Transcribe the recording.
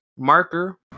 marker